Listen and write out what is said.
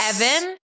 Evan